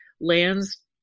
lands